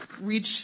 reach